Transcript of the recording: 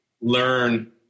learn